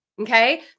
Okay